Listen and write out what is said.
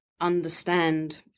understand